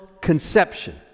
conception